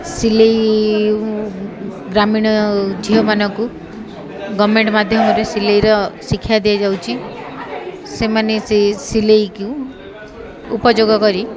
ସିଲେଇ ଗ୍ରାମୀଣ ଝିଅମାନଙ୍କୁ ଗଭର୍ଣ୍ଣମେଣ୍ଟ ମାଧ୍ୟମରେ ସିଲେଇର ଶିକ୍ଷା ଦିଆଯାଉଛି ସେମାନେ ସେ ସିଲେଇକୁ ଉପଯୋଗ କରି